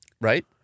Right